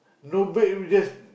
go back we just